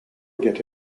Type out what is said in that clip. eget